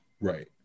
Right